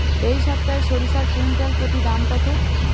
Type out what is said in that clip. এই সপ্তাহে সরিষার কুইন্টাল প্রতি দাম কত?